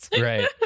Right